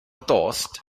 dost